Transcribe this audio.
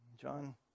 John